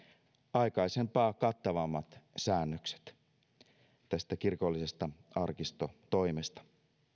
aikaisempaa kattavammat säännökset kirkollisesta arkistotoimesta